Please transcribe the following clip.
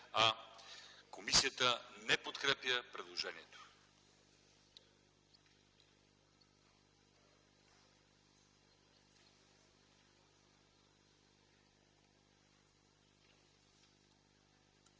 Комисията не подкрепя предложението.